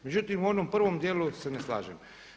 Međutim, u onom prvom djelu se ne slažem.